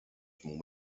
from